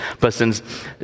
persons